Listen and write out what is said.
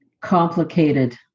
complicated